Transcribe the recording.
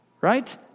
Right